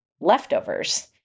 leftovers